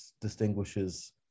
distinguishes